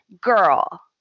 Girl